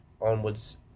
onwards